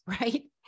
right